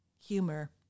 humor